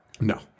No